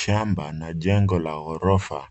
Shamba na jengo la ghorofa